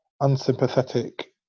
unsympathetic